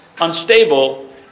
unstable